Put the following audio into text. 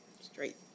Straight